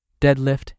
deadlift